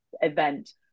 event